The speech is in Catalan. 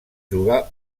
jugar